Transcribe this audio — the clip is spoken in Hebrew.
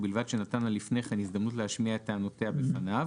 ובלבד שנתן לה לפני כן הזדמנות להשמיע את טענותיה בפניו